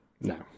No